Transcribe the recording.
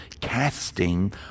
casting